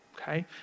okay